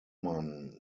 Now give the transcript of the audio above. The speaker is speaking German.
man